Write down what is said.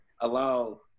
allow